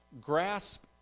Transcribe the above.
grasp